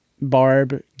Barb